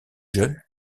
jeune